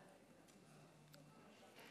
למה אבי לא משיב?